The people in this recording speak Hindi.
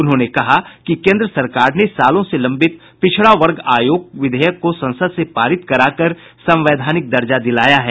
उन्होंने कहा कि केन्द्र सरकार ने सालों से लंबित पिछड़ा वर्ग आयोग विधेयक को संसद से पारित करा कर संवैधानिक दर्जा दिलाया है